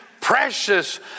precious